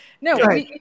No